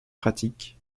pratiques